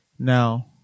Now